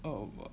oh what